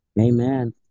Amen